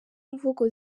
mvugo